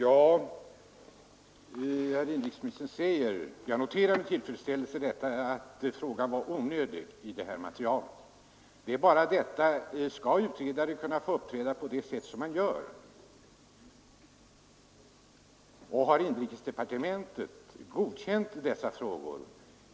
Herr talman! Jag noterar att herr inrikesministern säger att frågan var onödig. Men skall utredare kunna få uppträda på det sätt som de gjort här, och har inrikesdepartementet godkänt dessa frågor?